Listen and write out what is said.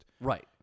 Right